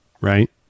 Right